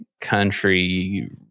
country